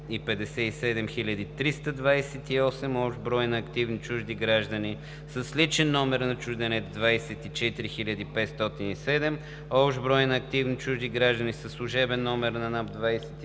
общ брой на активните чужди граждани с личен номер на чужденец (ЛНЧ) – 24 507; общ брой на активните чужди граждани със служебен номер на НАП –